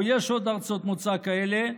ויש עוד ארצות מוצא כאלה,